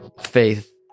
faith